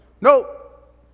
Nope